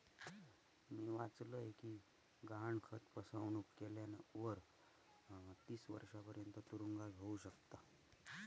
मी वाचलय कि गहाणखत फसवणुक केल्यावर तीस वर्षांपर्यंत तुरुंगवास होउ शकता